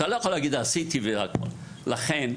לכן,